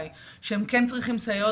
כן צריך סייעת.